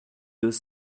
deux